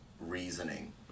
reasoning